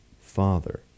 father